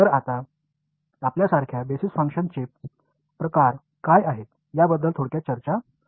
तर आता आपल्यासारख्या बेसिस फंक्शन्सचे प्रकार काय आहेत याबद्दल थोडक्यात चर्चा होईल